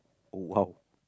oh !wow!